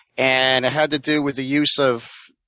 and had to do with the use of